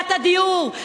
בבעיית הדיור,